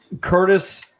Curtis